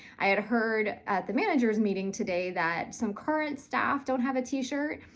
i had heard at the managers' meeting today that some current staff don't have a t-shirt,